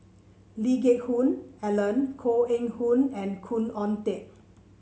Lee Geck Hoon Ellen Koh Eng Hoon and Khoo Oon Teik